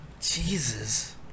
Jesus